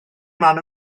ymlaen